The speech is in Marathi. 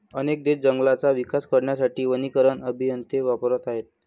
अनेक देश जंगलांचा विकास करण्यासाठी वनीकरण अभियंते वापरत आहेत